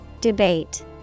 Debate